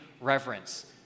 reverence